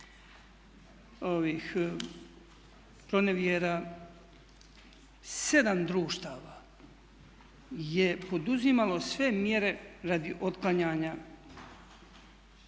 pronevjera 7 društava je poduzimalo sve mjere radi otklanjanja